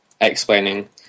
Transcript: explaining